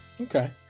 Okay